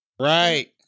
Right